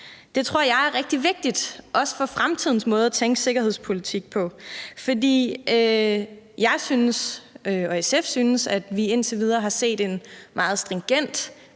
Det tror jeg er rigtig vigtigt, også for fremtidens måde at tænke sikkerhedspolitik på, for jeg synes, og SF synes, at vi indtil videre har set en meget stringent